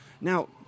Now